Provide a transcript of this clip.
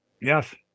Yes